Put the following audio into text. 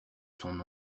son